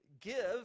give